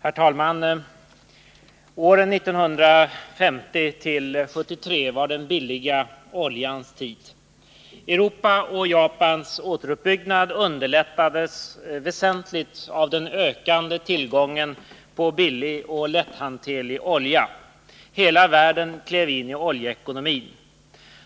Herr talman! Åren 1950-1973 var den billiga oljans tid. Europas och Japans återuppbyggnad underlättades väsentligt av den ökande tillgången på billig och lätthanterlig olja. Hela världen klev in i oljeekonomin.